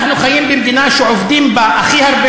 אנחנו חיים במדינה שעובדים בה הכי הרבה